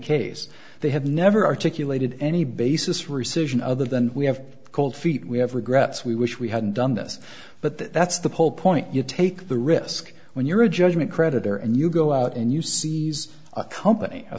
case they have never articulated any basis rescission other than we have cold feet we have regrets we wish we hadn't done this but that's the whole point you take the risk when you're a judgment creditor and you go out and you sees a company a